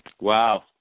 Wow